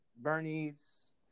Bernie's